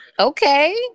Okay